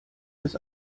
des